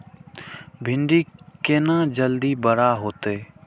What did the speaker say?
भिंडी केना जल्दी बड़ा होते?